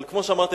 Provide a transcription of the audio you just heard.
אבל כמו שאמרתי,